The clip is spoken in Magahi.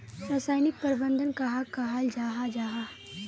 रासायनिक प्रबंधन कहाक कहाल जाहा जाहा?